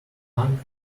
hung